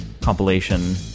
compilation